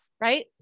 right